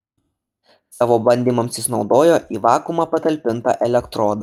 savo bandymams jis naudojo į vakuumą patalpintą elektrodą